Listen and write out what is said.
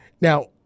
now